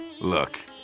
Look